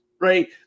right